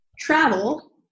travel